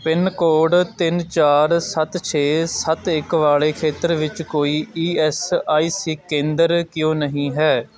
pin code ਤਿੰਨ ਚਾਰ ਸੱਤ ਛੇ ਸੱਤ ਇੱਕ ਵਾਲੇ ਖੇਤਰ ਵਿੱਚ ਕੋਈ ਈ ਐੱਸ ਆਈ ਸੀ ਕੇਂਦਰ ਕਿਉਂ ਨਹੀਂ ਹੈ